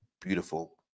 beautiful